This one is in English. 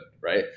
right